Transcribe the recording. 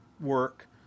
work